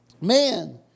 man